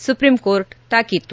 supreme court ತಾಕಿತು